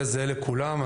זה יהיה זהה לכולם.